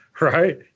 Right